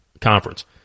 conference